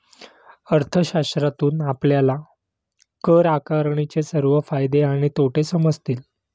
अर्थशास्त्रातून आपल्याला कर आकारणीचे सर्व फायदे आणि तोटे समजतील